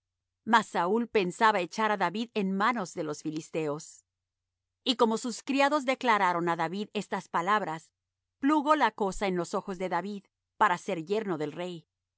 mas saúl pensaba echar á david en manos de los filisteos y como sus criados declararon á david estas palabras plugo la cosa en los ojos de david para ser yerno del rey